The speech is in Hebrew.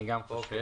אני גם חושב.